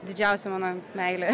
didžiausia mano meilė